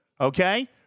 okay